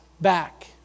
back